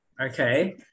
okay